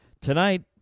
Tonight